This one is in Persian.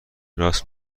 راست